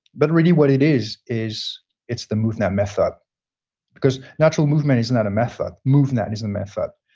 but really what it is is it's the movnat method because natural movement is not a method. movnat is a method.